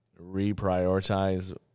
reprioritize